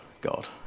God